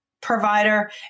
provider